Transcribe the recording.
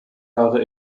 jahre